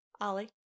Ollie